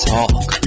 Talk